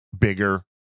bigger